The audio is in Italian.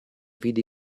vide